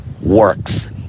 works